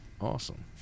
Awesome